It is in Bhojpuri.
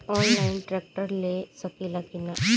आनलाइन ट्रैक्टर ले सकीला कि न?